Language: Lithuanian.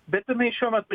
bet jinai šiuo metu